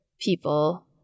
people